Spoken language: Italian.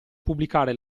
pubblicare